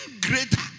greater